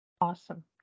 Awesome